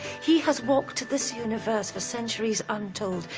he has walked this universe for centuries untold.